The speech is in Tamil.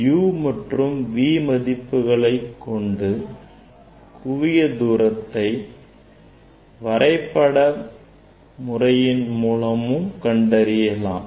u மற்றும் v மதிப்புகளை கொண்டு குவியத் தூரத்தை வரைபட முறையின் மூலமும் கண்டறியலாம்